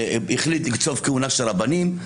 החליט לקצוב כהונה של רבנים.